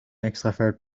extravert